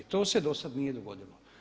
To se do sad nije dogodilo.